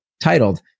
titled